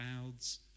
clouds